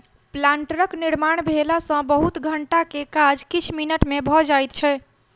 प्लांटरक निर्माण भेला सॅ बहुत घंटा के काज किछ मिनट मे भ जाइत छै